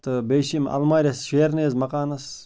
تہٕ بیٚیہِ چھِ یِم اَلمارِ اَسہِ شیرٕنہِ حظ مِکانَس